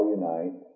unite